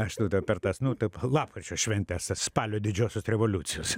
aš tada per tas nu lapkričio šventes spalio didžiosios revoliucijos